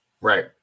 Right